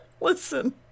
Listen